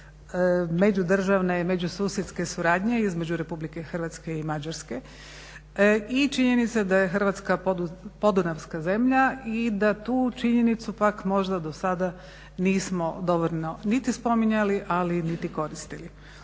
međudržavne i međususjedske suradnje između RH i Mađarske i činjenice da je Hrvatska podunavska zemlja i da tu činjenicu pak možda do sada nismo dovoljno niti spominjali ali niti koristili.